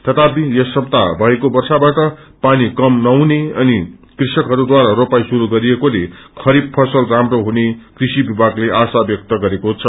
तथापि यस सपताह ीजएको वर्षाबाट पानी कमी नहुने अनि कृषकहरूद्वारा रोपाई शुरू गरिएको ले खरीफ फसल राम्रो हुने कृषि विभागले आशा गरेको छ